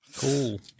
cool